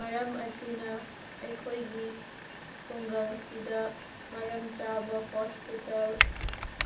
ꯃꯔꯝ ꯑꯁꯤꯅ ꯑꯩꯈꯣꯏꯒꯤ ꯈꯨꯡꯒꯪꯁꯤꯗ ꯃꯔꯝ ꯆꯥꯕ ꯍꯣꯁꯄꯤꯇꯥꯜ